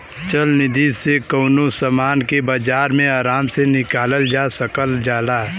चल निधी से कउनो समान के बाजार मे आराम से निकालल जा सकल जाला